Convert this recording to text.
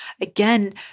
again